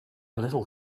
little